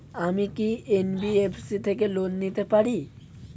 আমি কি এন.বি.এফ.সি থেকে লোন নিতে পারি?